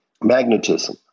magnetism